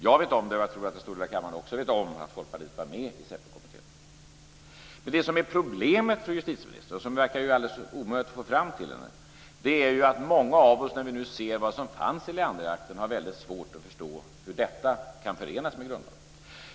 Jag vet, och jag tror att en stor del av kammaren också vet, att Det som är problemet för justitieministern, och som verkar alldeles omöjligt att få fram, är att många av oss, när vi ser vad som fanns i Leanderakten, har svårt att förstå hur detta kan förenas med grundlagen.